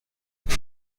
mit